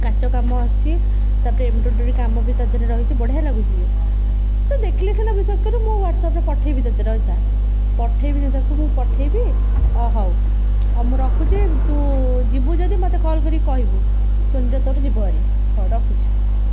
କାଚ କାମ ଆସିଛି ତା'ପରେ ଏମ୍ୱ୍ରୋଡୋରି କାମ ବି ତାଧିଅରେ ରହିଛି ବଢ଼ିଆ ଲାଗୁଛି ଯେ ତୁ ଦେଖିଲେ ସିନା ବିଶ୍ୱାସ କରିବୁ ମୁଁ ହ୍ୱାଟ୍ସଅପ୍ରେ ପଠେଇବି ତୋତେ ରହିଥା ପଠେଇବି ଯେ ତାକୁ ମୁଁ ପଠେଇବି ହଉ ମୁଁ ରଖୁଛି ତୁ ଯିବୁ ଯଦି ମୋତେ କଲ୍ କରିକି କହିବୁ ସୋନିର ତୋର ଯିବ ହେରି ହଉ ରଖୁଛି